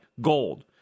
gold